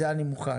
זה אני מוכן.